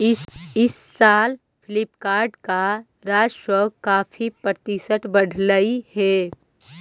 इस साल फ्लिपकार्ट का राजस्व काफी प्रतिशत बढ़लई हे